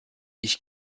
ich